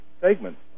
segments